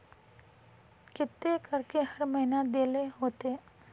केते करके हर महीना देल होते?